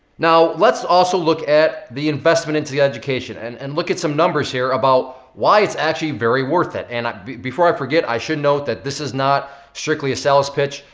now let's also look at the investment into the education and and look at some numbers here about why it's actually very worth it. and before i forget, i should note, that this is not strictly a sales pitch.